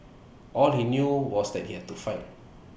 all he knew was that he had to fight